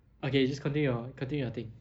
okay you just continue your continue your thing